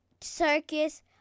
circus